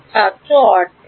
ছাত্র অর্ধেক